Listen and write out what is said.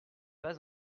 pas